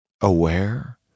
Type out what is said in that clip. Aware